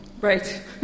Right